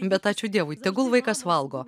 bet ačiū dievui tegul vaikas valgo